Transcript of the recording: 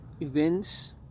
events